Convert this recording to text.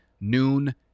noon